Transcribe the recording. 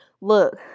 look